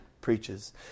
preaches